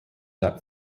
that